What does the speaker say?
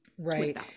Right